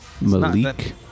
Malik